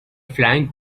flying